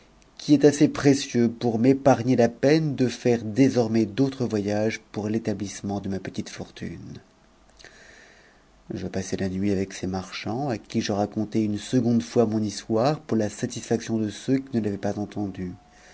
qui est assez précieux pour m'épargner la peine de faire désormais d'autres voyages pour l'établissement de ma petite fortune je passai la nuit avec ces marchands à qui je racontai une seconde fois mon histoire pour a satisfaction de ceux qui ne l'avaient pas entendue